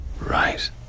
Right